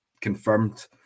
confirmed